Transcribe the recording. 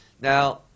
now